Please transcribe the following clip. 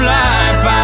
life